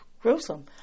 gruesome